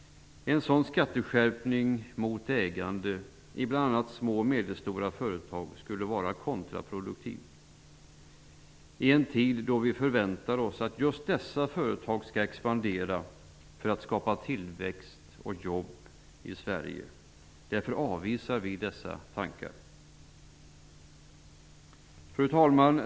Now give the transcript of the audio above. En sådan skatteskärpning mot ägande i bl.a. små och medelstora företag skulle vara kontraproduktiv i en tid då vi förväntar oss att just dessa företag skall expandera för att skapa tillväxt och nya jobb i Sverige. Därför avvisar vi dessa tankar. Fru talman!